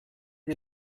die